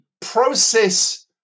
process